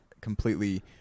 completely